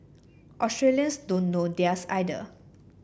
Australians don't know theirs either